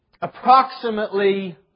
Approximately